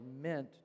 meant